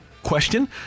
question